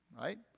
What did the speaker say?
Right